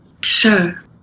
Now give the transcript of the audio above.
Sure